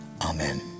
Amen